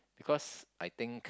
because I think